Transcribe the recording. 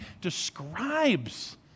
describes